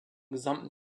gesamten